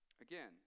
Again